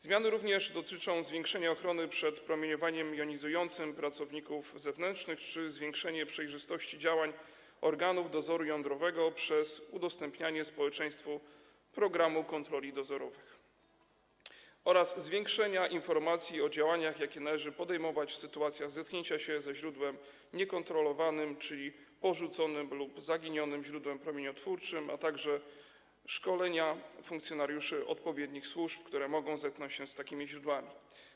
Zmiany również dotyczą zwiększenia ochrony przed promieniowaniem jonizującym pracowników zewnętrznych czy zwiększenia przejrzystości działań organów dozoru jądrowego przez udostępnianie społeczeństwu programu kontroli dozorowych oraz zwiększenia informacji o działaniach, jakie należy podejmować w sytuacjach zetknięcia się ze źródłem niekontrolowanym, czyli porzuconym lub zaginionym źródłem promieniotwórczym, a także szkolenia funkcjonariuszy odpowiednich służb, które mogą zetknąć się z takimi źródłami.